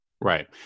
Right